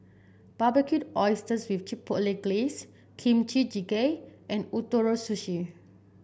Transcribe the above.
Barbecued Oysters with Chipotle Glaze Kimchi Jjigae and Ootoro Sushi